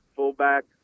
Fullback